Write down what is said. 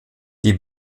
die